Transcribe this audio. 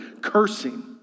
cursing